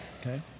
Okay